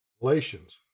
Galatians